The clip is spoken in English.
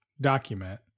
document